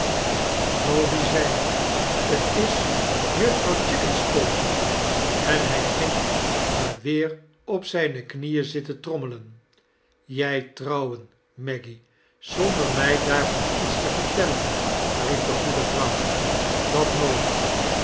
toby zei t is juffrouw chickenstalker en hij ging maar weer op zijaie knieen zitten trommelen jij trouwen meggy zonder mij daarvan iets te vertellen riep de goede vrouw dat nooit